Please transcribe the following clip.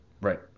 Right